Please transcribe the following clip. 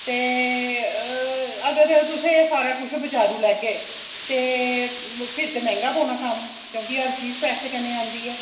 ते अगर तुसें एह् सारा कुछ बजारा लैगे ते फिर ते मैंह्गा पौना कम्म क्योंकि हर चीज पैसे कन्नै औंदी ऐ